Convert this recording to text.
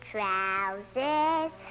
Trousers